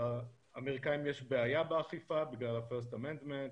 לאמריקאים יש בעיה באכיפה בגלל ה-פירסט אמנדמנט,